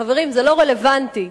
חברים, זה לא רלוונטי.